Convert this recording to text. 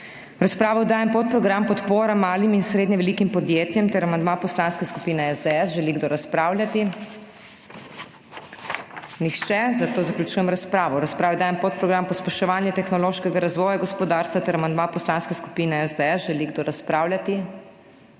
V razpravo dajem podprogram Podpora malim in srednje velikim podjetjem ter amandma Poslanske skupine SDS. Želi kdo razpravljati? Nihče, zato zaključujem razpravo. V razpravo dajem podprogram Pospeševanje tehnološkega razvoja gospodarstva ter amandma Poslanske skupine SDS. Želi kdo razpravljati?